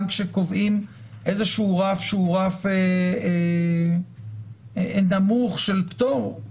כשקובעים איזה שהוא רף שהוא רף נמוך של פטור?